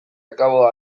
akabo